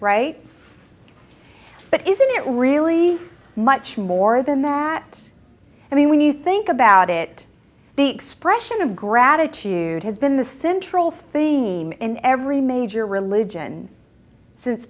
right but isn't it really much more than that i mean when you think about it the expression of gratitude has been the central theme in every major religion since